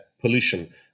pollution